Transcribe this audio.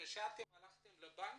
כשהלכתם לבנק,